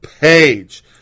page